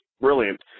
brilliant